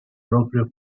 propria